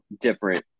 different